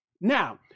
Now